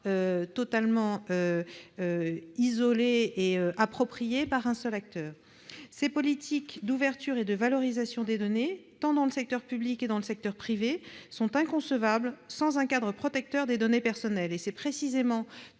des données par un seul acteur. Ces politiques d'ouverture et de valorisation des données, tant dans le secteur public que dans le secteur privé, sont inconcevables sans un cadre protecteur des données personnelles. C'est précisément